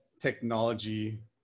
technology